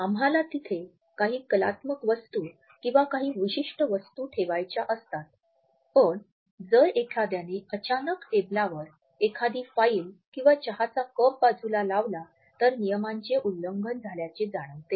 आम्हाला तिथे काही कलात्मक वस्तू किंवा काही विशिष्ट वस्तू ठेवायच्या असतात पण जर एखाद्याने अचानक टेबलावर एखादी फाईल किंवा चहाचा कप बाजूला लावला तर नियमांचे उल्लंघन झाल्याचे जाणवते